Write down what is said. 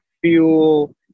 fuel